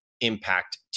impact